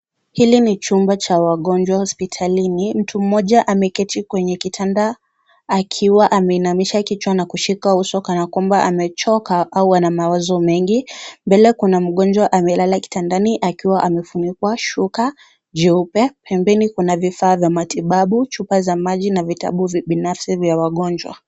Hili ni chumba cha wagonjwa hosipitalini. Mtu mmoja ameketi kwenye kitanda, akiwa ameinamisha kichwa na kushika uso kanakwamba amechoka au ana mawazo mengi. Mbele kuna mgonjwa amelala kitandani, akiwa amefunikwa shuka jeupe. Pembeni kuna vifaa za matibabu, chupa za maji na vitabu binafsi vya wagonjwa.